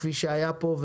כפי שהיה פה,